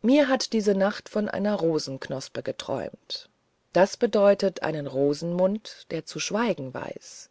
mir hat diese nacht von einer rosenknospe geträumt das bedeutet einen rosenmund der zu schweigen weiß